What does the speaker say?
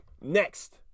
next